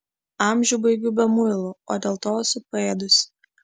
amžių baigiu be muilų o dėl to esu paėdusi